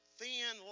thin